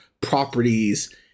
properties